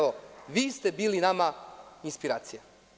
Vi ste bili nama inspiracija.